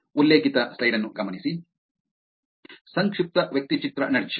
ಸಂಕ್ಷಿಪ್ತ ವ್ಯಕ್ತಿಚಿತ್ರ ನಡ್ಜ್